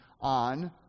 on